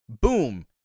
Boom